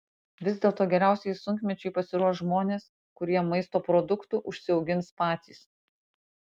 vis dėlto geriausiai sunkmečiui pasiruoš žmonės kurie maisto produktų užsiaugins patys